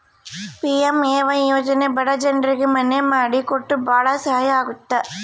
PMAY ಯೋಜನೆ ಬಡ ಜನ್ರಿಗೆ ಮನೆ ಮಾಡಿ ಕೊಟ್ಟು ಭಾಳ ಸಹಾಯ ಆಗುತ್ತ